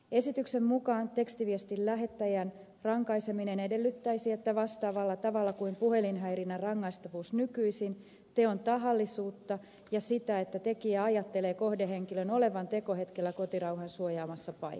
esityksen mukaan tekstiviestin lähettäjän rankaiseminen edellyttäisi vastaavalla tavalla kuin puhelinhäirinnän rangaistavuus nykyisin teon tahallisuutta ja sitä että tekijä ajattelee kohdehenkilön olevan tekohetkellä kotirauhan suojaamassa paikassa